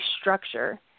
structure